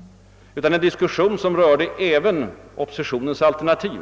— utan en diskussion som rörde även oppositionens alternativ.